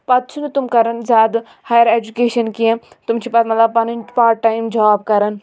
پَتہٕ چھنہٕ تم کَران زِیادٕ ہایَر اؠجُکیشَن کِینٛہہ تم چھ پَتہٕ مَطلَب پنٕنۍ پاٹ ٹایِم جاب کَران